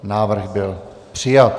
Návrh byl přijat.